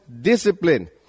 discipline